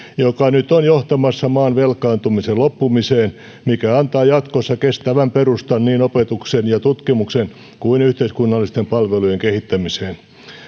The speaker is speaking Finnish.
joka nyt on johtamassa maan velkaantumisen loppumiseen mikä antaa jatkossa kestävän perustan niin opetuksen ja tutkimuksen kuin yhteiskunnallisten palvelujen kehittämiseen